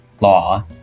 law